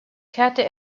kehrte